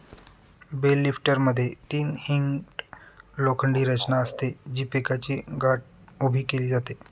bell लिफ्टरमध्ये तीन hinged लोखंडी रचना असते, जी पिकाची गाठ उभी केली जाते